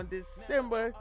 December